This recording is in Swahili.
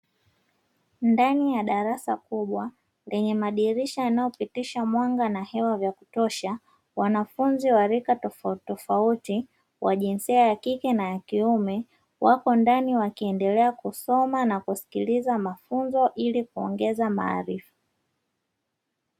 Ndani ya darasa kubwa lenye madirisha linalopitisha hewa na mwanga wa kutosha. Wanafunzi wa rika tofautitofauti wa jinsia ya kike na kiume wako ndani wakiendelea kusoma na kusikiliza mafunzo ili kuongeza maarifa.